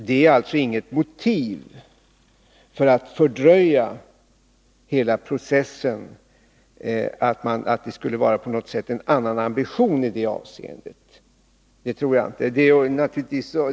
Det motivet till att fördröja hela processen, att socialdemokraterna på något sätt skulle ha någon annan ambition i detta avseende, finns alltså inte.